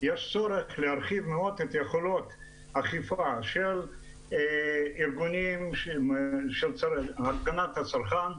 יש צורך להרחיב מאוד את האכיפה של ארגונים של הגנת הצרכן,